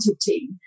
team